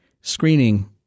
screening